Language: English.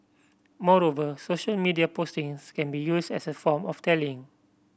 moreover social media postings can be used as a form of tallying